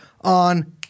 on